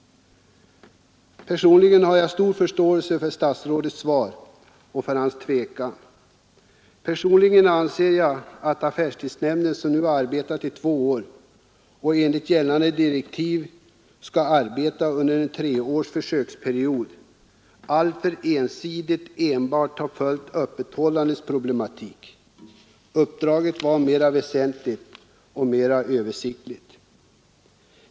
Jag har stor förståelse för statsrådets svar och för hans tvekan. Personligen anser jag att affärstidsnämnden, som nu har arbetat i två år och enligt gällande direktiv skall arbeta under en försöksperiod av tre år, alltför ensidigt har följt öppethållandets problematik. Uppdraget var mer väsentligt och mer översiktligt.